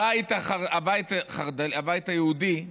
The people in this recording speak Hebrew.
הבית היהודי,